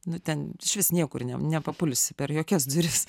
nu ten išvis niekur nepapulsi per jokias duris